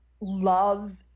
love